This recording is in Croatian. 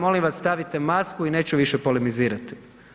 Molim vas stavite masku i neću više polemizirati.